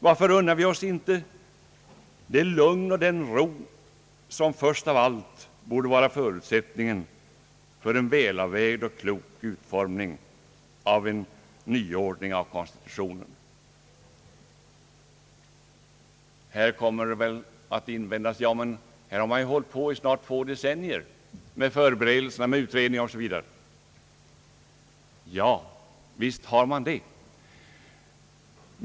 Varför unnar vi oss inte det lugn och den ro, som först av allt borde vara förutsättningen för en välavvägd och klok utformning av en nyordning av konstitutionen? Här kommer väl att invändas: Här har man ju hållit på i snart två decennier med förberedelserna, med utredningen osv, Ja, visst har man det.